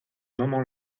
moment